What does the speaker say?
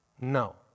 No